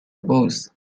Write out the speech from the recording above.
booze